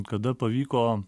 kada pavyko